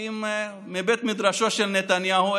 כי מבית מדרשו של נתניהו,